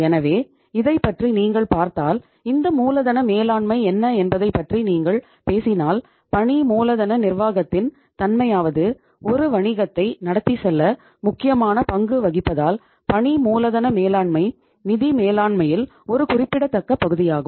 எனவே இதைப் பற்றி நீங்கள் பார்த்தால் இந்த மூலதன மேலாண்மை என்ன என்பதைப் பற்றி நீங்கள் பேசினால் பணி மூலதன நிர்வாகத்தின் தன்மையாவது ஒரு வணிகத்தை நடத்திச் செல்ல முக்கியமான பங்கு வகிப்பதால் பணி மூலதன மேலாண்மை நிதி மேலாண்மையில் ஒரு குறிப்பிடத்தக்க பகுதியாகும்